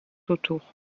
autour